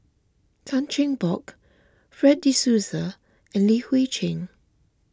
Tan Cheng Bock Fred De Souza and Li Hui Cheng